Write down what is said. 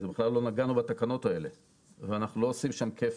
בכלל לא נגענו בתקנות האלה ואנחנו לא עושים שם כפל.